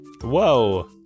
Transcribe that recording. Whoa